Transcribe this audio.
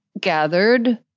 gathered